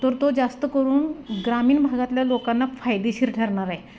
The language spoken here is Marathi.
तर तो जास्त करून ग्रामीण भागातल्या लोकांना फायदेशीर ठरणार आहे